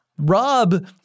Rob